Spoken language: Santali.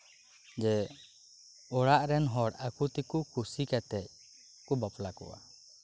ᱡᱮ ᱚᱲᱟᱜ ᱨᱮᱱ ᱦᱚᱲ ᱟᱠᱚᱛᱮᱠᱚ ᱠᱩᱥᱤ ᱠᱟᱛᱮᱫ ᱠᱚ ᱵᱟᱯᱞᱟ ᱠᱚᱣᱟ